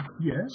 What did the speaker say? Yes